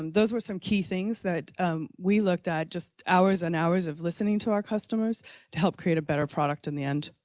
um those were some key things that we looked at just hours and hours of listening to our customers to help create a better product in the end.